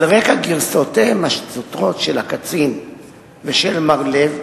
על רקע גרסאותיהם הסותרות של הקצין ושל מר לב,